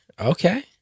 okay